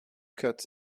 cut